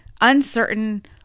uncertain